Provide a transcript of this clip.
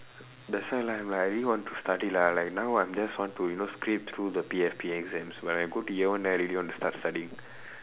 that's why lah like I really want to study lah like now I'm just want to you know scrape through the P_F_P exams when I go to year one then I really want to start studying